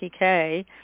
PK